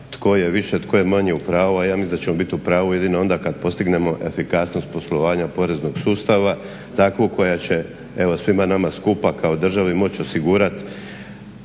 tko je više, tko je manje u pravu, a ja mislim da ćemo biti u pravu jedino onda kad postignemo efikasnost poslovanja poreznog sustava, takvu koja će evo svima nama skupa kao državi moći osigurati